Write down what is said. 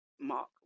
Mark